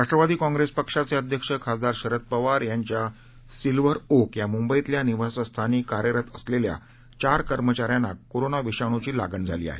राष्ट्रवादी काँग्रेस पक्षाचे अध्यक्ष खासदार शरद पवार यांच्या सिल्व्हर ओक या मुंबईतल्या निवासस्थानी कार्यरत असलेल्या चार कर्मचाऱ्यांना कोरोना विषाणूची लागण झाली आहे